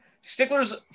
Stickler's